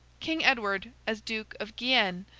king edward, as duke of guienne,